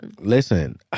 Listen